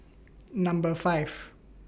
Number five